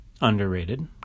underrated